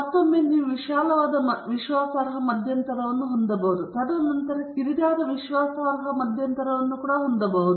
ಮತ್ತೊಮ್ಮೆ ನೀವು ವಿಶಾಲವಾದ ವಿಶ್ವಾಸಾರ್ಹ ಮಧ್ಯಂತರವನ್ನು ಹೊಂದಬಹುದು ತದನಂತರ ನೀವು ಕಿರಿದಾದ ವಿಶ್ವಾಸಾರ್ಹ ಮಧ್ಯಂತರವನ್ನು ಕೂಡ ಹೊಂದಬಹುದು